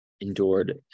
endured